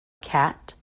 cat